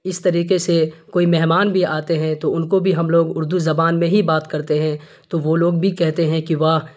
اس طریقے سے کوئی مہمان بھی آتے ہیں تو ان کو بھی ہم لوگ اردو زبان میں ہی بات کرتے ہیں تو وہ لوگ بھی کہتے ہیں کہ واہ